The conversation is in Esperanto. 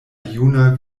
juna